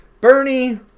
Bernie